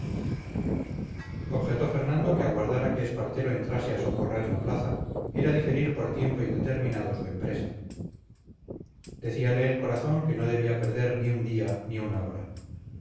objetó fernando que aguardar a que espartero entrase a socorrer la plaza era diferir por tiempo indeterminado su empresa decíale el corazón que no debía perder ni un día ni una hora